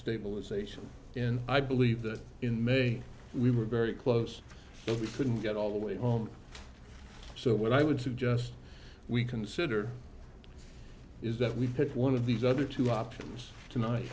stabilization in i believe that in may we were very close but we couldn't get all the way home so what i would suggest we consider is that we pick one of these other two options tonight